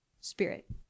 spirit